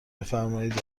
بفرمایید